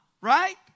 right